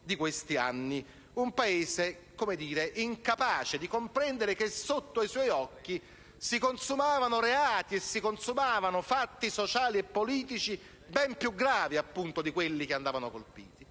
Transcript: Siamo stati un Paese incapace di comprendere che sotto i suoi occhi si consumavano reati e fatti sociali e politici ben più gravi di quelli che andavano colpiti.